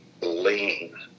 lean